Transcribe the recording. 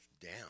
down